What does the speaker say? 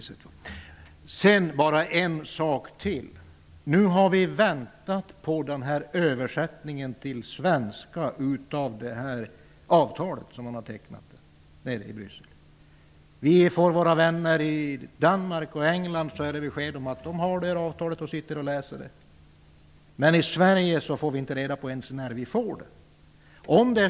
Sedan bara en sak till. Nu har vi väntat på översättningen till svenska när det gäller det avtal som har undertecknats nere i Bryssel. Från våra vänner i Danmark och England får vi besked om att de har det här avtalet. De kan alltså läsa det. Men vi i Sverige får inte ens reda på när vi får avtalstexten.